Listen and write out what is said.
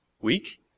weak